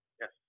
Yes